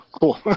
cool